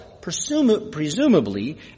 presumably